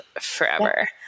forever